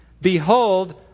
behold